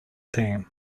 team